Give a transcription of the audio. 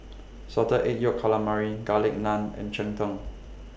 Salted Egg Yolk Calamari Garlic Naan and Cheng Tng